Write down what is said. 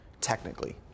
technically